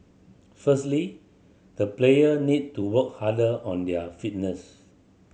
firstly the player need to work harder on their fitness